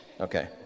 okay